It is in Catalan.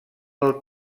del